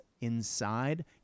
inside